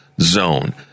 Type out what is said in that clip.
zone